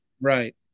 Right